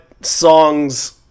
songs